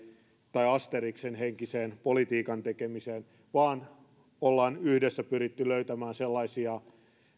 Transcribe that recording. tai asterixin henkiseen politiikan tekemiseen vaan ollaan yhdessä pyritty löytämään sellaisia